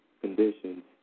conditions